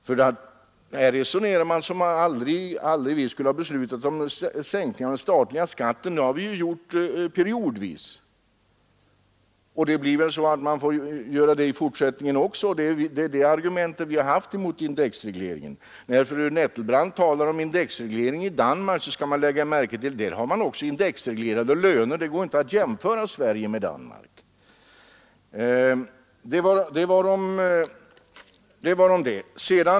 Här resonerar man som om vi aldrig skulle ha beslutat om sänkning av den statliga skatten, men det har vi ju gjort periodvis. Det blir väl så att vi får göra det i fortsättningen också, och det är det argument vi har haft emot indexregleringar. När fru Nettelbrandt talar om indexreglering i Danmark skall vi komma ihåg att där har man också indexreglerade löner. Det går alltså inte att jämföra Sverige och Danmark.